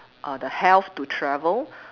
uh the health to travel